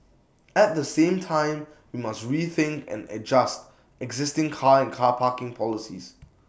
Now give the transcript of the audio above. at the same time we must rethink and adjust existing car and car parking policies